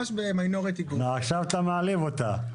עכשיו אתה מעליב אותה.